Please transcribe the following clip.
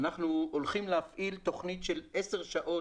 אנחנו הולכים להפעיל תוכנית של עשר שעות,